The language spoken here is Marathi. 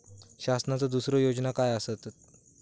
शासनाचो दुसरे योजना काय आसतत?